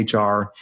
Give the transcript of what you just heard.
HR